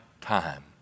time